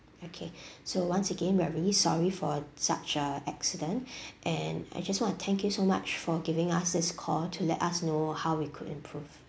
okay so once again we are very sorry for such uh accident and I just want to thank you so much for giving us this call to let us know how we could improve